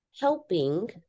helping